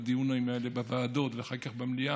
מהדיונים האלה בוועדות ואחר כך במליאה,